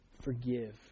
Forgive